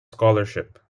scholarship